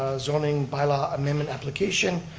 zoning bylaw amendment application,